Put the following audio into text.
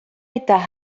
eta